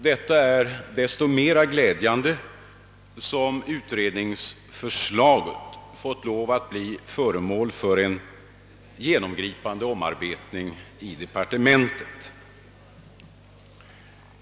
Detta är desto mer glädjande som utredningsförslaget har fått lov att bli föremål för en genomgripande omarbetning i departementet.